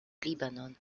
libanon